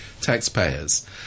taxpayers